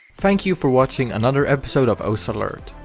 thank you for watching another episode of osu! alert!